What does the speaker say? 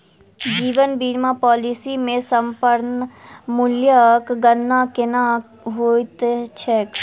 जीवन बीमा पॉलिसी मे समर्पण मूल्यक गणना केना होइत छैक?